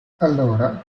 allora